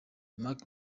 marc